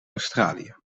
australië